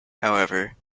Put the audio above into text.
however